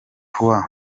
croix